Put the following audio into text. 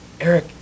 Eric